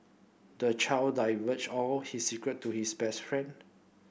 the child divulged all his secret to his best friend